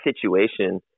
situation